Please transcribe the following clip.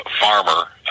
farmer